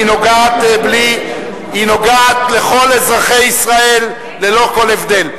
והוא נוגע לכל אזרחי ישראל ללא כל הבדל.